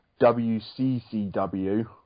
wccw